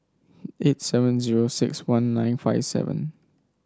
eight seven zero six one nine five seven